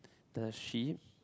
the sheep